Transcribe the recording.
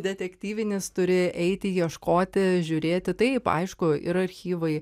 detektyvinis turi eiti ieškoti žiūrėti taip aišku yra archyvai